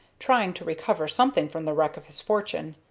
trying to recover something from the wreck of his fortune.